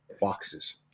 Boxes